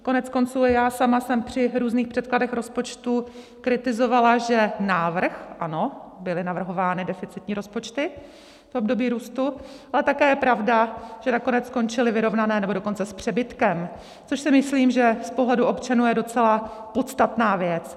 Koneckonců i já sama jsem při různých předkladech rozpočtu kritizovala, že návrh ano, byly navrhovány deficitní rozpočty v období růstu, ale také je pravda, že nakonec skončily vyrovnané, nebo dokonce s přebytkem, což si myslím, že z pohledu občanů je docela podstatná věc.